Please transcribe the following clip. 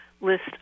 list